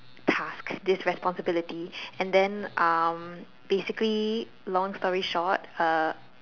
tasks this responsibility and then um basically long story short uh